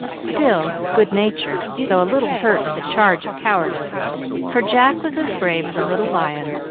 still good-natured, though a little hurt at the charge of cowardice for jack was as brave as a little lion,